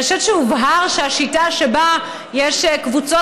אני חושבת שהובהר שהשיטה שבה יש קבוצות